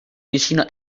vicino